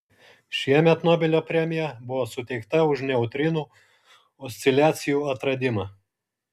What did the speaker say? šiemet nobelio premija buvo suteikta už neutrinų osciliacijų atradimą